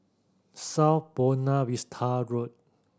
South Buona Vista Road